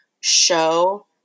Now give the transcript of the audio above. show